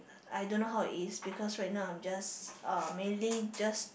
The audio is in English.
I don't know how it is because right now I'm just uh mainly just